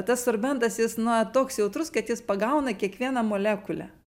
tas sorbentas jis na toks jautrus kad jis pagauna kiekvieną molekulę